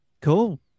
Cool